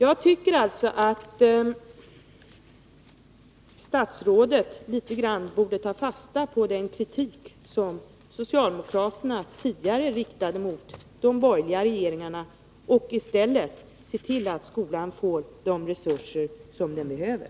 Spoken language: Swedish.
Jag tycker alltså att statsrådet litet grand borde ta fasta på den kritik som socialdemokraterna tidigare riktade mot de borgerliga regeringarna och i stället se till att skolan får de resurser den behöver.